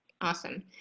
Awesome